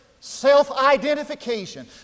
self-identification